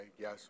yes